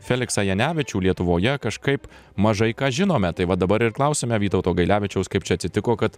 feliksą janevičių lietuvoje kažkaip mažai ką žinome tai va dabar ir klausiame vytauto gailevičiaus kaip čia atsitiko kad